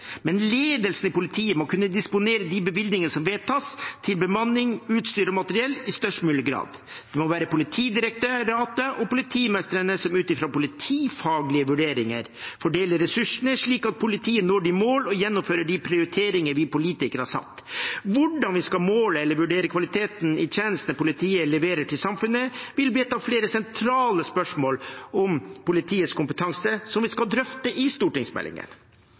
Men ledelsen i politiet må i størst mulig grad kunne disponere de bevilgningene som vedtas, til bemanning, utstyr og materiell. Det må være Politidirektoratet og politimesterne som ut fra politifaglige vurderinger fordeler ressursene, slik at politiet når de mål og gjennomfører de prioriteringer vi politikere har satt. Hvordan vi skal måle eller vurdere kvaliteten i de tjenestene politiet leverer til samfunnet, vil bli ett av flere sentrale spørsmål om politiets kompetanse som vi skal drøfte i stortingsmeldingen.